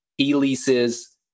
E-leases